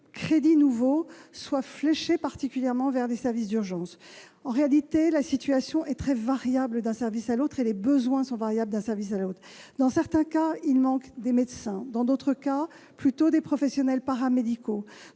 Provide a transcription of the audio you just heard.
crédits nouveaux soient fléchés particulièrement vers des services d'urgences. En réalité, la situation est très variable d'un service à l'autre, tout comme le sont les besoins. Dans certains cas, il manque des médecins ; dans d'autres, plutôt des professionnels paramédicaux